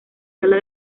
sala